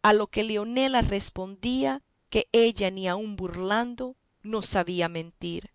a lo que leonela respondía que ella ni aun burlando no sabía mentir